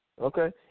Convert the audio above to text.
Okay